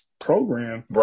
program